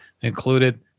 included